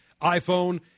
iPhone